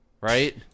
right